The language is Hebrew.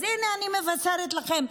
אז הינה, אני מבשרת לכם: